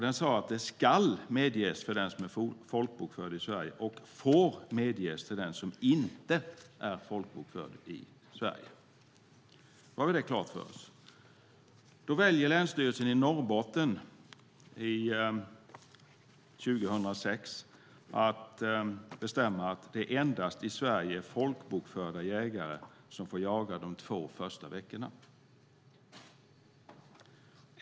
Den sade att det skall medges till den som är folkbokförd i Sverige och får medges till den som inte är folkbokförd i Sverige. Nu har vi det klart för oss. År 2006 väljer Länsstyrelsen i Norrbotten att bestämma att det endast är i Sverige folkbokförda jägare som får jaga de två första veckorna.